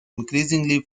increasingly